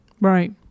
Right